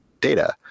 data